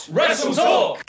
WrestleTalk